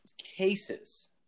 cases